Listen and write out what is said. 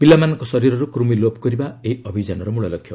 ପିଲାମାନଙ୍କ ଶରୀରରୁ କୂମି ଲୋପ କରିବା ଏହି ଅଭିଯାନର ମୂଳ ଲକ୍ଷ୍ୟ